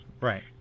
Right